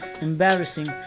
embarrassing